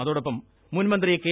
അതോടൊപ്പം മുൻമന്ത്രി കെ